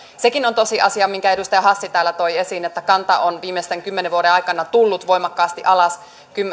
sekin on tosiasia minkä edustaja hassi täällä toi esiin että kanta on viimeisten kymmenen vuoden aikana tullut voimakkaasti alas